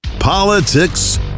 Politics